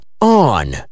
On